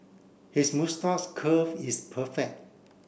his moustache curl is perfect